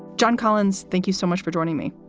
john collins, thank you so much for joining me.